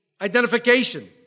identification